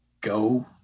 go